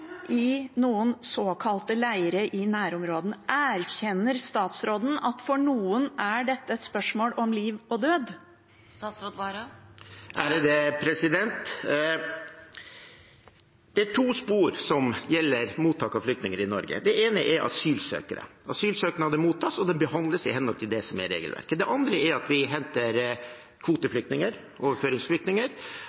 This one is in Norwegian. i noen såkalte leire i nærområdene? Erkjenner statsråden at dette for noen er et spørsmål om liv og død? Det er to spor som gjelder for mottak av flyktninger i Norge. Det ene er asylsøkere. Asylsøknader mottas, og de behandles i henhold til regelverket. Det andre er at vi henter